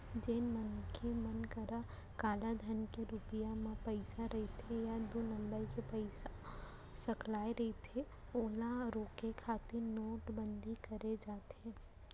जेन मनसे मन करा कालाधन के रुप म पइसा रहिथे या दू नंबर के पइसा सकलाय रहिथे ओला रोके खातिर नोटबंदी करे जाथे